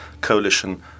coalition